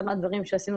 אחד מהדברים שעשינו,